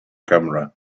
camera